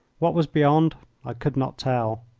what was beyond i could not tell.